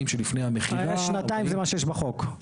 שלפני המכירה --- שנתיים זה מה שיש בחוק.